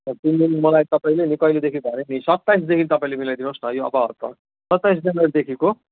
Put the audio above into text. र तिन दिन मलाई तपाईँले नि कहिलेदेखि भने नि सत्ताइसदेखि तपाईँले मिलाइ दिनुहोस् न यो अर्को हप्ता सत्ताइस जनवरीदेखिको